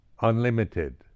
unlimited